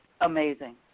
amazing